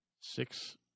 Six